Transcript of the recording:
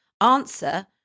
answer